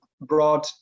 broad